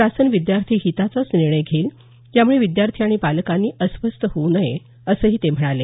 शासन विद्यार्थी हिताचाच निर्णय घेईल त्यामुळे विद्यार्थी आणि पालकांनी अस्वस्थ होऊ नये असंही ते म्हणाले